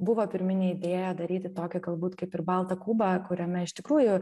buvo pirminė idėja daryti tokį galbūt kaip ir baltą kubą kuriame iš tikrųjų